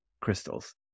crystals